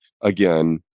again